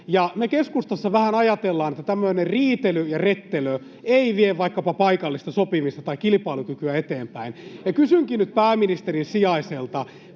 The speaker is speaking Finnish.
keskustassa vähän ajatellaan, että tämmöinen riitely ja rettelö ei vie vaikkapa paikallista sopimista tai kilpailukykyä eteenpäin. Kysynkin nyt pääministerin sijaiselta: